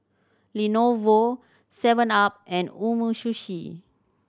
Lenovo seven up and Umisushi